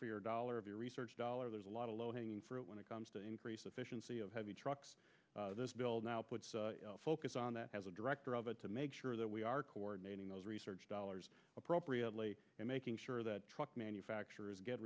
for your dollar of your research dollars there's a lot of low hanging fruit when it comes to increase efficiency of heavy trucks focus on that as a director of it to make sure that we are coordinating those research dollars appropriately and making sure that truck manufacturers get